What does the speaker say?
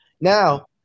Now